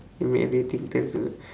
you make everything turn to